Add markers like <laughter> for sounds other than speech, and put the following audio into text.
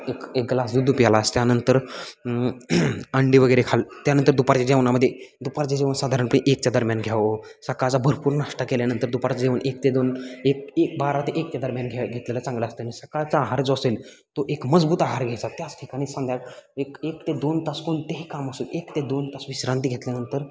एक एक ग्लास दूध <unintelligible> असं त्यानंतर अंडी वगैरे खाल त्यानंतर दुपारच्या जेवणामध्ये दुपारचे जेवण साधारणपणे एकच्या दरम्यान घ्यावं सकाळचा भरपूर नाष्टा केल्यानंतर दुपारचं जेवण एक ते दोन एक एक बारा ते एकच्या दरम्यान घ्या घेतलेला चांगला असते आणि सकाळचा आहार जो असेल तो एक मजबूत आहार घ्यायचा त्याच ठिकाणी संध्याकाळ एक ते दोन तास कोणतेही काम असो एक ते दोन तास विश्रांती घेतल्यानंतर